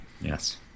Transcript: Yes